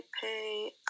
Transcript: pay